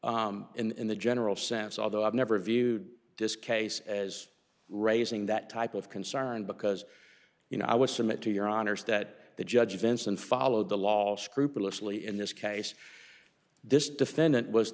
would in the general sense although i've never viewed this case as raising that type of concern because you know i was submit to your honor's that the judge events and followed the law scrupulously in this case this defendant was